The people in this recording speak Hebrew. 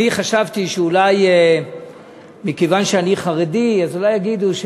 אני חשבתי שאולי מכיוון שאני חרדי יגידו: